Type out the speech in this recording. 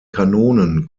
kanonen